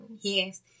Yes